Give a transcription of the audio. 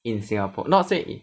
in Singapore not say in